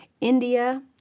India